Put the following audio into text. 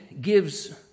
gives